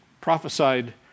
prophesied